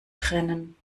trennen